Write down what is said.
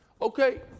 Okay